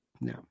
no